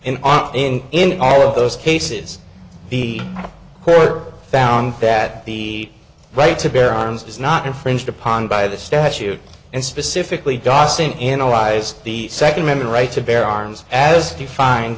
and in in all of those cases the court found that the right to bear arms is not infringed upon by the statute and specifically dossing analyze the second amendment right to bear arms as defined